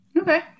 Okay